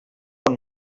pot